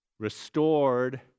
restored